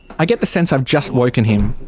i get the sense i've just woken him.